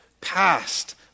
past